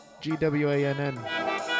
g-w-a-n-n